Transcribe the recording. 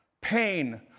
pain